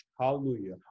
Hallelujah